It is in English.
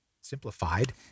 simplified